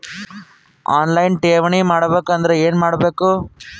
On line ಠೇವಣಿ ಮಾಡಬೇಕು ಅಂದರ ಏನ ಮಾಡಬೇಕು?